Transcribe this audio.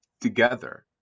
together